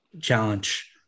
challenge